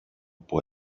που